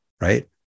right